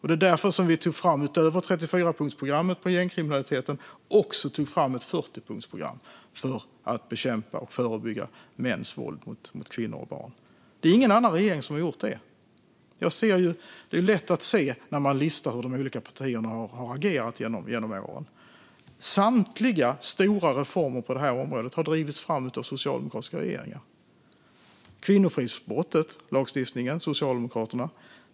Det var därför vi utöver 34-punktsprogrammet mot gängkriminaliteten också tog fram ett 40-punktsprogram för att bekämpa och förebygga mäns våld mot kvinnor och barn. Ingen annan regering har gjort det. Det är lätt att se, när man listar hur de olika partierna har agerat genom åren, att samtliga stora reformer på detta område har drivits fram av socialdemokratiska regeringar. Lagstiftningen om kvinnofridsbrottet - Socialdemokraterna.